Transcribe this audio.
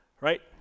right